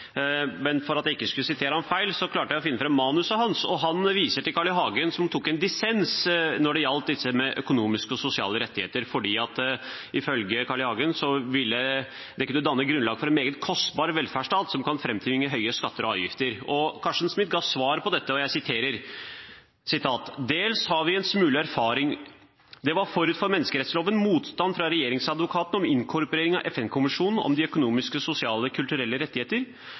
Men for at jeg ikke skulle sitere ham feil, klarte jeg å finne fram manuset hans. Han viser til Carl I. Hagen, som tok en dissens når det gjaldt dette med økonomiske og sosiale rettigheter, for ifølge Carl I. Hagen ville det kunne danne et grunnlag for en meget kostbar velferdsstat som kan framtvinge høye skatter og avgifter. Carsten Smith ga svar på dette: «Dels har vi en smule erfaring. Det var forut for menneskerettsloven motstand fra regjeringsadvokaten om inkorporering av FN-konvensjonen om de økonomiske, sosiale og kulturelle